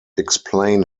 explain